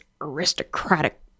aristocratic